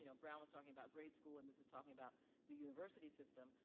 you know brown was talking about grade school, and this is talking about the university system.